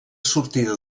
sortida